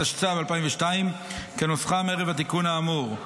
התשס"ב 2002, כנוסחם ערב התיקון האמור.